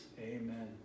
Amen